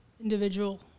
individual